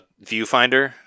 Viewfinder